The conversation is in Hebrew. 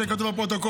שיהיה כתוב בפרוטוקול.